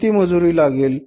किती मजुरी लागेल